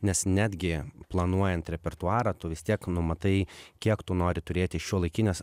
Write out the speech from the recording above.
nes netgi planuojant repertuarą tu vis tiek numatai kiek tu nori turėti šiuolaikinės